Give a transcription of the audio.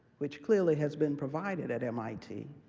which clearly has been provided at mit,